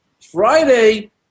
Friday